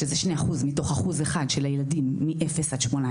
שזה 2% מתוך 1% של הילדים מאפס עד 18,